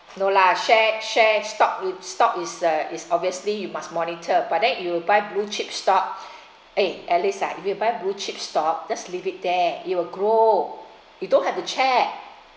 no lah share share stock stock is uh is obviously you must monitor but then if you buy blue chip stock eh alice ah if you buy blue chip stock just leave it there it will grow you don't have to check